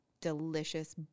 delicious